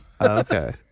Okay